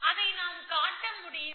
அதை நாம் காட்ட முடியுமா